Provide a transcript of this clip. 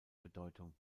bedeutung